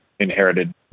inherited